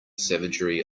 savagery